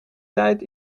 tijd